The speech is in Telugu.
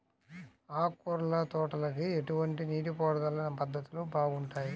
ఆకుకూరల తోటలకి ఎటువంటి నీటిపారుదల పద్ధతులు బాగుంటాయ్?